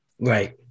Right